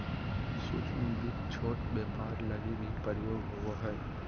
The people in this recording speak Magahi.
सूक्ष्म वित्त छोट व्यापार लगी भी प्रयोग होवो हय